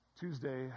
Tuesday